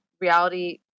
reality